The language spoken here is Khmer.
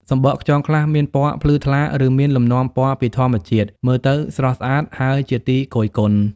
សំបកខ្យងខ្លះមានពណ៌ភ្លឺថ្លា ឬមានលំនាំពណ៌ពីធម្មជាតិ មើលទៅស្រស់ស្អាត ហើយជាទីគយគន់។